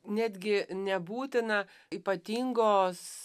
netgi nebūtina ypatingos